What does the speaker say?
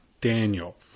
Daniel